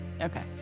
Okay